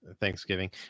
Thanksgiving